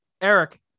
Eric